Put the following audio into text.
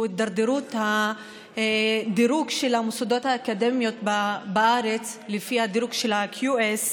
שהוא הידרדרות הדירוג של המוסדות האקדמיים בארץ לפי הדירוג של ה-QS,